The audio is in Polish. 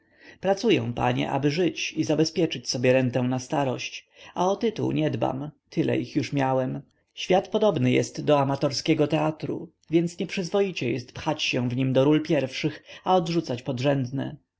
pracuję panie aby żyć i zabezpieczyć sobie rentę na starość a o tytuł nie dbam tyle ich już miałem świat podobny jest do amatorskiego teatru więc nieprzyzwoicie jest pchać się w nim do ról pierwszych a odrzucać